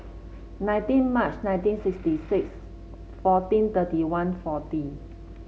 nineteen March nineteen sixty six fourteen thirty one forty